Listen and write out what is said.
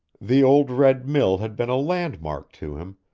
the old red mill had been a landmark to him,